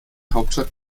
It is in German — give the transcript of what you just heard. hauptstadt